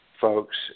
folks